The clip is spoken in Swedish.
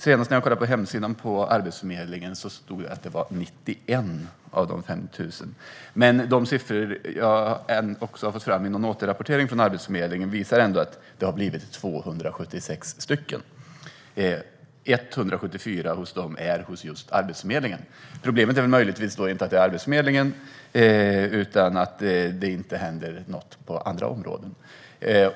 Senast jag kollade på Arbetsförmedlingens hemsida stod det att det var 91 av de 5 000 som hade fått jobb. Men en återrapportering från Arbetsförmedlingen visar att det har blivit 276 stycken varav 174 finns hos Arbetsförmedlingen. Problemet är inte Arbetsförmedlingen, utan det är att det inte händer något på andra områden.